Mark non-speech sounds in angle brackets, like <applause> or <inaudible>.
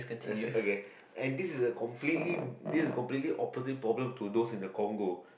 <noise> okay and this is a completely this is completely opposite problem to those in the Kongo